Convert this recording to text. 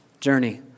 journey